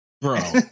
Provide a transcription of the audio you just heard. bro